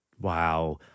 Wow